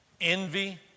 envy